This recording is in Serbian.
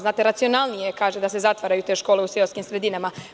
Znate, racionalnije kaže da se zatvaraju te škole u seoskim sredinama.